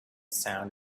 sound